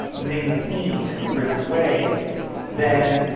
maintain in a rich way than, you